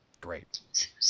Great